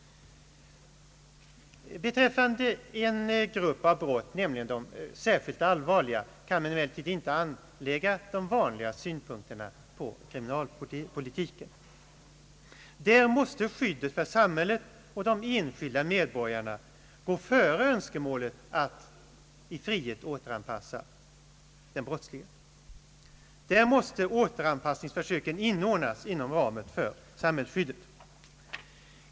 Beträffande en grupp av brott, nämligen de särskilt allvarliga, vill jag framhålla att vi inte kan anlägga de vanliga synpunkterna på kriminalpolitiken. I detta fall måste skyddet för samhället och de enskilda medborgarna gå före önskemålet att i frihet återanpassa den brottslige. Där måste återanpassningsförsöken inordnas inom ramen för samhällsskyddet.